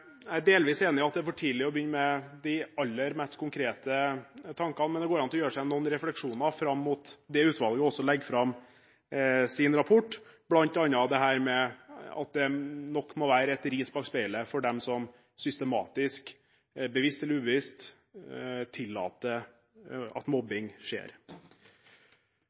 Jeg er delvis enig i at det er for tidlig å begynne med de aller mest konkrete tankene, men det går an å gjøre seg noen refleksjoner fram mot at dette utvalget legger fram sin rapport, bl.a. at det nok må være et ris bak speilet for dem som systematisk, bevisst eller ubevisst, tillater at mobbing skjer.